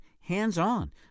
hands-on